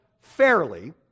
fairly